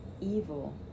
evil